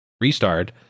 restart